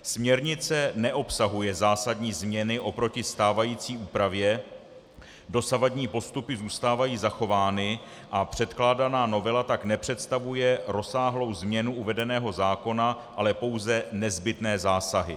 Směrnice neobsahuje zásadní změny oproti stávající úpravě, dosavadní postupy zůstávají zachovány a předkládaná novela tak nepředstavuje rozsáhlou změnu uvedeného zákona, ale pouze nezbytné zásahy.